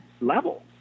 level